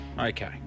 Okay